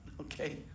okay